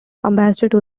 ambassador